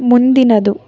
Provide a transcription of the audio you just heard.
ಮುಂದಿನದು